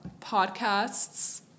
podcasts